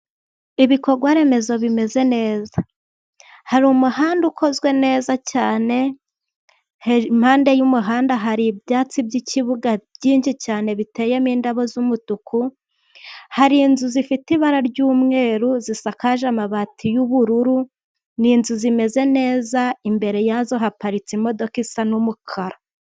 Ibikorwa remezo bimeze neza, hari umuhanda ukozwe neza cyane, iruhande rw'umuhanda hari ibyatsi by'ikibuga byinshi cyane biteyemo indabo z'umutuku, hari inzu zifite ibara ry'umweru zisakaje amabati y'ubururu, ni inzu zimeze neza imbere yazo, haparitse imodoka isa n'umukara.